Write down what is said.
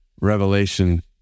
revelation